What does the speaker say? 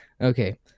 Okay